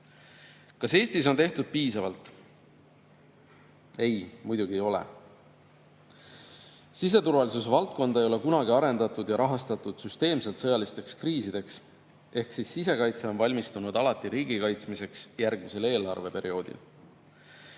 Kas Eestis on tehtud piisavalt? Ei, muidugi ei ole. Siseturvalisuse valdkonda ei ole kunagi arendatud ja rahastatud süsteemselt sõjalisteks kriisideks ehk sisekaitse on valmistunud alati riigi kaitsmiseks järgmisel eelarveperioodil.